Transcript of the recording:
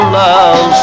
love